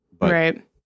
Right